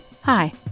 Hi